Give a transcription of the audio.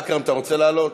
אכרם, אתה רוצה לעלות?